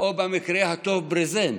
הוא מבין שאם אין כסף בשבילם,